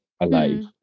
alive